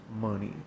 money